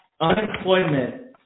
unemployment